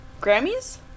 Grammys